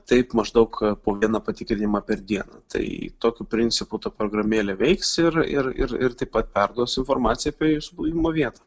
taip maždaug po vieną patikrinimą per dieną tai tokiu principu ta programėlė veiks ir ir ir ir taip pat perduos informaciją apie jūsų buvimo vietą